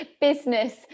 business